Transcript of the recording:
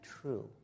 true